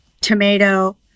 tomato